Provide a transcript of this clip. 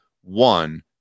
one